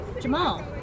Jamal